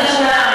למה צריך לחכות,